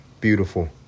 Beautiful